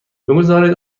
بگذارید